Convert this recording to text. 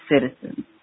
citizens